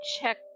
check